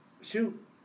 shoot